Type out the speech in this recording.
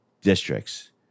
districts